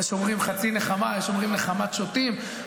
יש אומרים, חצי נחמה, יש אומרים נחמת שוטים.